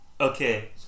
Okay